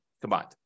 combined